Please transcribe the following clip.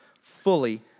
fully